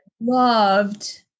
loved